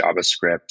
JavaScript